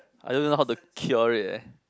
I don't know how to cure it eh